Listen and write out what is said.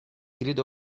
grido